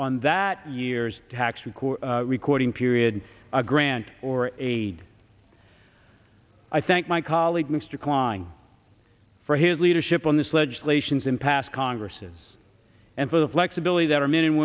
on that year's tax record recording period a grant or a i thank my colleague mr klein for his leadership on this legislations in past congresses and for the flexibility that our men and